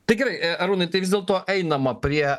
tai gerai arūnai tai vis dėlto einama prie